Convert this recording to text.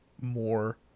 more